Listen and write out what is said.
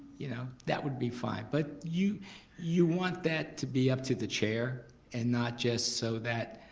you know that would be fine. but you you want that to be up to the chair and not just so that